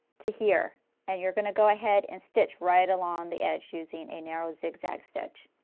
to here and you are going to go ahead and stitch right along the edge using a narrow zigzag stitch.